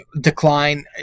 decline